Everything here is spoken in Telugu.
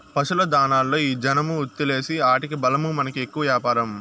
పశుల దాణాలలో ఈ జనుము విత్తూలేస్తీ ఆటికి బలమూ మనకి ఎక్కువ వ్యాపారం